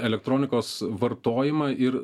elektronikos vartojimą ir